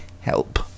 Help